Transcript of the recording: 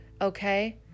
okay